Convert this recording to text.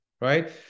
right